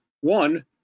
One